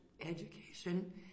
Education